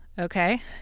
okay